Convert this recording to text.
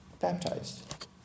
baptized